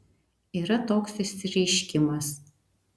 yra toks išsireiškimas